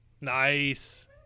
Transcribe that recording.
Nice